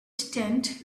tent